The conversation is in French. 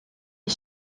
est